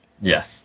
Yes